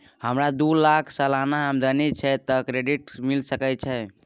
हमरा दू लाख सालाना आमदनी छै त क्रेडिट कार्ड मिल सके छै?